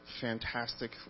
fantastic